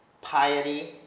piety